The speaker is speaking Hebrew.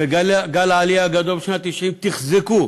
וגל העלייה הגדול בשנות ה-90 תחזקו,